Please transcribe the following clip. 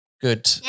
good